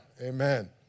Amen